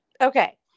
Okay